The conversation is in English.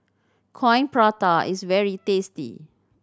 Coin Prata is very tasty